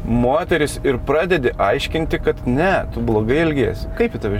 moteris ir pradedi aiškinti kad ne tu blogai elgiesi kaip į tave